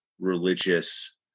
religious